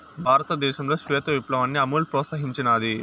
భారతదేశంలో శ్వేత విప్లవాన్ని అమూల్ ప్రోత్సహించినాది